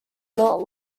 not